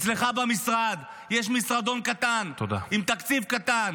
אצלך במשרד יש משרדון קטן עם תקציב קטן